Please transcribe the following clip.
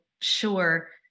sure